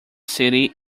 city